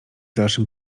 dalszym